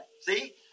See